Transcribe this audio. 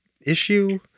issue